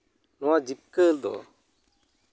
ᱱᱚᱣᱟ ᱡᱤᱵᱽᱠᱟᱹ ᱫᱚ